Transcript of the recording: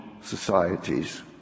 societies